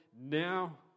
now